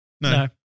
No